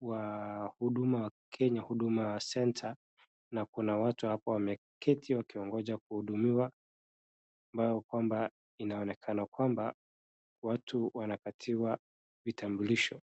wa huduma Kenya huduma centre na kuna watu hapo wameketi wakingoja kuhudumiwa ambao kwamba inaonekana kwamba watu wanapatiwa vitambulisho.